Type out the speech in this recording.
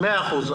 מאה אחוז.